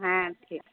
হ্যাঁ ঠিক